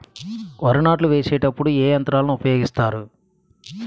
వరి నాట్లు వేసేటప్పుడు ఏ యంత్రాలను ఉపయోగిస్తారు?